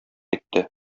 итте